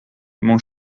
mon